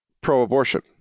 pro-abortion